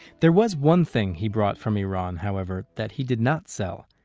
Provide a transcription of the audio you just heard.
there was one thing he brought from iran, however, that he did not sell.